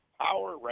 power